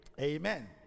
Amen